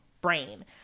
brain